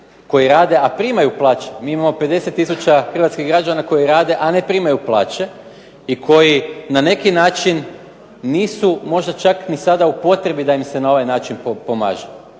koji rade, a primaju plaće. Mi imamo 50 tisuća hrvatskih građana koji rade, a ne primaju plaće i koji na neki način nisu možda čak ni sada u potrebi da im se na ovaj način pomaže.